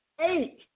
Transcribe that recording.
Eight